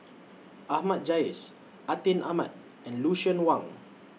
Ahmad Jais Atin Amat and Lucien Wang